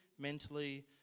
mentally